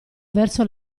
verso